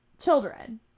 children